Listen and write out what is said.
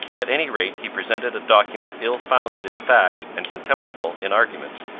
at any rate, he presented a document ill-founded in fact and contemptible in argument.